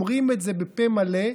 אומרים את זה בפה מלא.